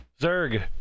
Zerg